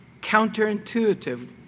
counterintuitive